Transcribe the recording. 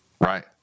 right